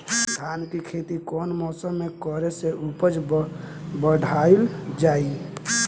धान के खेती कौन मौसम में करे से उपज बढ़ाईल जाई?